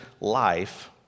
life